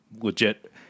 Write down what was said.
legit